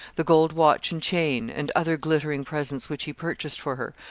the gold watch and chain, and other glittering presents which he purchased for her,